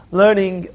learning